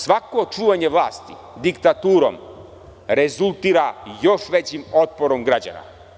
Svako čuvanje vlasti diktaturom rezultira još većim otporom građana.